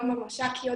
גם המש"קיות,